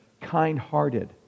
kind-hearted